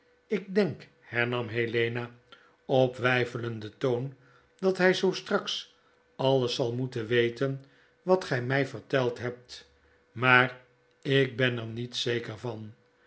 ik denk hernam helena op weifelenden toon dat hy zoo straks alles zal moeten weten wat gy my yerteld hebt maar ik ben er niet zeker van